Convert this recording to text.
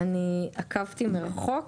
אני עקבתי מרחוק